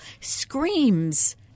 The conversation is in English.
screams